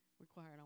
required